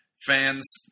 fans